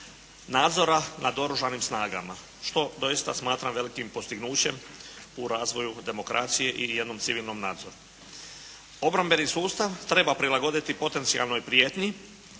nadzora nad oružanim snagama što doista smatram velikim postignućem u razvoju demokracije i jednom civilnom nadzoru. Obrambeni sustav treba prilagoditi potencijalnoj prijetnji